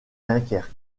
dunkerque